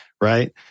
right